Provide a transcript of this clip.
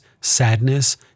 sadness